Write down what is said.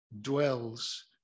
dwells